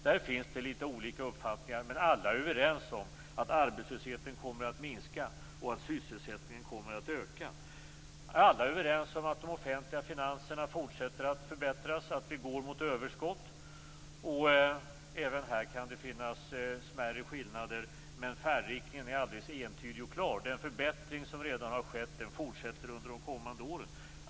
Där finns det litet olika uppfattningar, men alla är överens om att arbetslösheten kommer att minska och att sysselsättningen kommer att öka. Alla är överens om att de offentliga finanserna fortsätter att förbättras och att vi går mot överskott. Även här kan det finnas smärre skillnader, men färdriktningen är alldeles entydig och klar. Den förbättring som redan har skett fortsätter under de kommande åren.